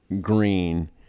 green